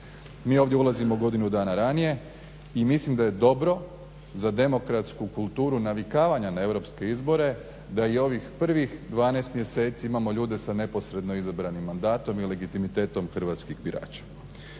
Mi ovdje ulazimo godinu dana ranije i mislim da je dobro za demokratsku kulturu navikavanja na europske izbore da i ovih prvih 12 mjeseci imamo ljude sa neposredno izabranim mandatom i legitimitetom hrvatskih birača.